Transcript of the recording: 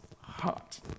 heart